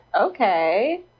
Okay